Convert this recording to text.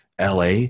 LA